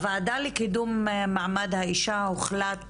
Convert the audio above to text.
הוועדה לקידום מעמד האישה הוחלט